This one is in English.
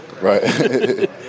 Right